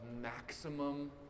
maximum